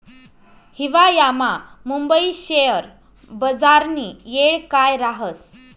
हिवायामा मुंबई शेयर बजारनी येळ काय राहस